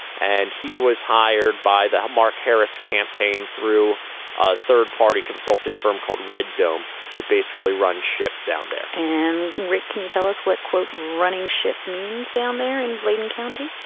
and he was hired by the mark harris campaign through third party consulting firm called red dome to basically run ship down there and rick, can you tell us what, quote, running ship means down there in bladen county?